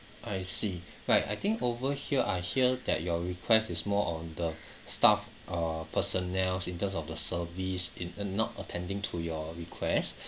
I see right I think over here I hear that your request is more on the staff uh personnels in terms of the service in uh not attending to your request